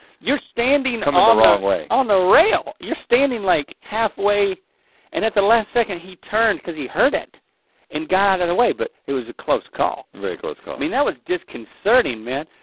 you're standing coming um ah the wrong way. on the rail, you're standing like halfway and at the last second he turned cause he heard it and got out of the way but it was a close call. very close call. i mean that was disconcerting man.